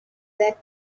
that